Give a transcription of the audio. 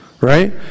right